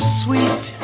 sweet